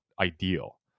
ideal